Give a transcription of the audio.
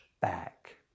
back